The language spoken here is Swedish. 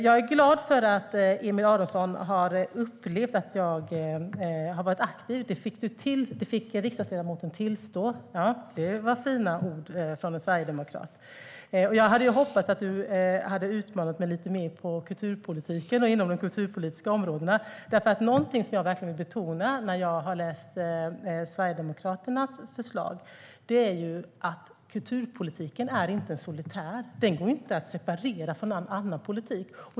Jag är glad för att Aron Emilsson har upplevt att jag har varit aktiv - det fick riksdagsledamoten tillstå. Det var fina ord från en sverigedemokrat. Jag hade hoppats att du hade utmanat mig lite mer på de kulturpolitiska områdena. Någonting som jag verkligen vill betona efter att ha läst Sverigedemokraternas förslag är att kulturpolitiken inte är en solitär. Den går inte att separera från all annan politik.